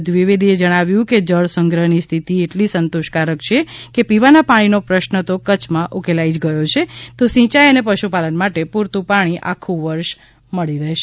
દ્વિવેદીએ જણાવ્યું છે કે જળ સંગ્રહ ની સ્થિતિ એટલી સંતોષકારક છે કે પીવાના પાણીનો પ્રશ્ન તો કચ્છ માં ઉકેલાઈ જ ગયો છે તો સિંચાઇ અને પશુપાલન માટે પૂરતું પાણી આખું વર્ષ મળી રહેશે